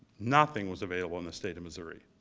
nothing was available in the state of missouri.